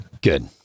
Good